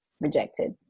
rejected